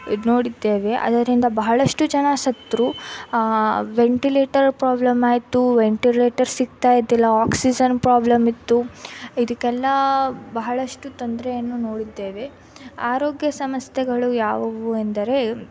ನೋಡಿದ್ದೇವೆ ಅದರಿಂದ ಬಹಳಷ್ಟು ಜನ ಸತ್ರು ವೆಂಟಿಲೇಟರ್ ಪ್ರಾಬ್ಲಮ್ ಆಯಿತು ವೆಂಟಿಲೇಟರ್ ಸಿಕ್ತಾಯಿದ್ದಿಲ್ಲ ಆಕ್ಸಿಜನ್ ಪ್ರಾಬ್ಲಮ್ ಇತ್ತು ಇದಕ್ಕೆಲ್ಲ ಬಹಳಷ್ಟು ತೊಂದರೆಯನ್ನು ನೋಡಿದ್ದೇವೆ ಆರೋಗ್ಯ ಸಮಸ್ಯೆಗಳು ಯಾವುವು ಎಂದರೆ